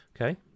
Okay